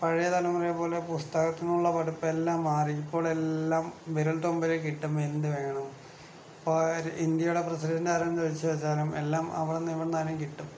പഴയ തലമുറയെ പോലെ പുസ്തകത്തിലുള്ള പഠിപ്പെല്ലാം മാറി ഇപ്പോളെല്ലാം വിരൽ തുമ്പിൽ കിട്ടും എന്ത് വേണം ഇപ്പോൾ ഇന്ത്യയുടെ പ്രസിഡൻറ് ആരാണെന്ന് ചോദിച്ച് വച്ചാൽ എല്ലാം അവിടുന്നും ഇവിടുന്നാണെങ്കിലും കിട്ടും